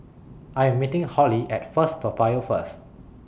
I Am meeting Hollie At First Toa Payoh First